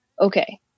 okay